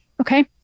Okay